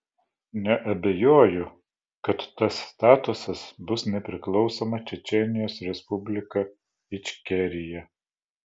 neabejoju kad tas statusas bus nepriklausoma čečėnijos respublika ičkerija